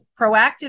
Proactive